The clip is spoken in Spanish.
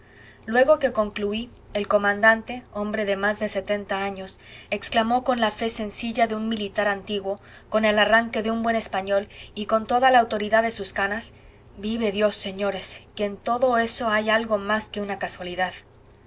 luego que concluí el comandante hombre de más de setenta años exclamó con la fe sencilla de un militar antiguo con el arranque de un buen español y con toda la autoridad de sus canas vive dios señores que en todo eso hay algo más que una casualidad